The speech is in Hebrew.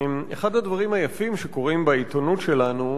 אחד הדברים היפים שקורים בעיתונות שלנו